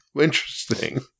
interesting